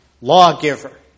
lawgiver